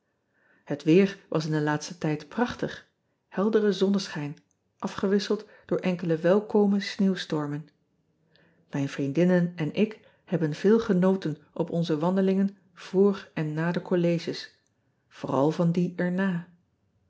et weer was in den laatsten tijd prachtig heldere zonneschijn afgewisseld door enkele welkome sneeuwstormen ijn vriendinnen en ik hebben veel genoten op onze wandelingen voor en na de colleges vooral van die er